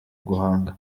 guhanga